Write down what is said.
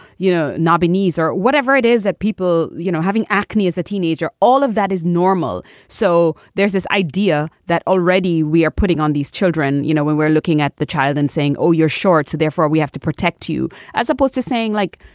you know, not binney's or whatever it is that people, you know, having acne as a teenager, all of that is normal. so there's this idea that already we are putting on these children, you know, when we're looking at the child and saying, oh, you're short, so therefore we have to protect you, as opposed to saying like,